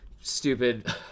stupid